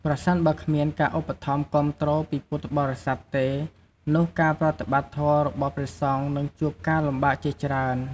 ប្រសិនបើគ្មានការឧបត្ថម្ភគាំទ្រពីពុទ្ធបរិស័ទទេ នោះការប្រតិបត្តិធម៌របស់ព្រះសង្ឃនឹងជួបការលំបាកជាច្រើន។